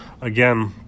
again